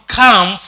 come